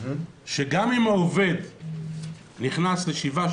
שגם אם העובד נכנס לשבעה,